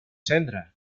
cendra